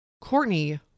Courtney